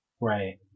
right